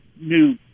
new